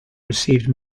received